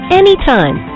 anytime